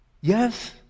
Yes